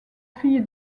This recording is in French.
fille